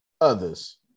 others